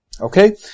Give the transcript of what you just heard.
Okay